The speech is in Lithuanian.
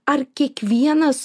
ar kiekvienas